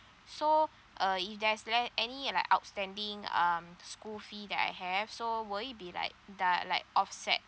so uh if there's there's any like outstanding um school fee that I have so will it be like done like offset